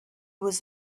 was